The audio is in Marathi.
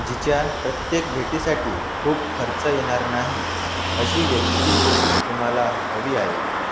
जिच्या प्रत्येक भेटीसाठी खूप खर्च येणार नाही अशी व्यक्तीच तुम्हाला हवी आहे